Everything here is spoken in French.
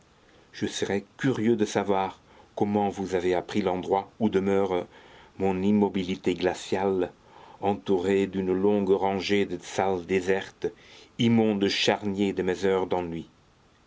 je serais curieux de savoir comment vous avez appris l'endroit ou demeure mon immobilité glaciale entourée d'une longue rangée de salles désertes immondes charniers de mes heures d'ennui